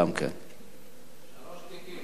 שלוש תיקים.